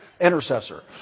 intercessor